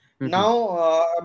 Now